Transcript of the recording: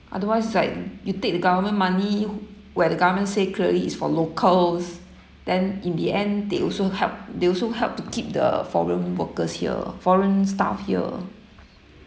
otherwise it's like you take the government money where the government said clearly is for locals then in the end they also help they also help to keep the foreign workers here foreign staff here